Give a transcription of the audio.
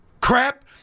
crap